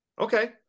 Okay